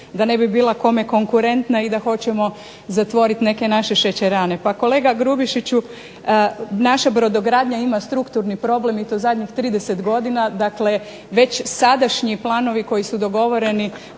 da ne bi bila komu konkurentna i da hoćemo zatvoriti neke naše šećerane. Pa kolega Grubišiću naša brodogradnja ima strukturni problem i to zadnjih 30 godina i dakle već sadašnji planovi koji su dogovoreni